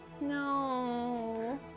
No